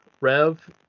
Rev